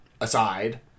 aside